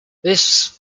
this